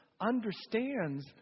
understands